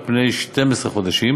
על פני 12 חודשים.